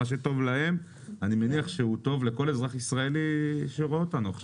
מה שטוב להם אני מניח שהוא טוב לכל אזרח ישראלי שרואה אותנו עכשיו.